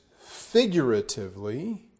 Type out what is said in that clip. figuratively